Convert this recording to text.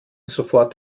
sofort